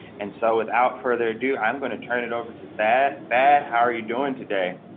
and so without further ado, i'm going to turn it over to that bad. how are you doing today.